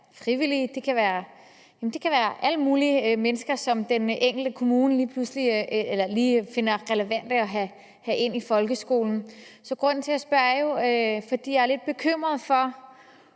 det kan være alle mulige mennesker, som den enkelte kommune lige finder det er relevant at få ind i folkeskolen. Så grunden til, at jeg spørger, er jo, at jeg er lidt bekymret for,